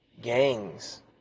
gangs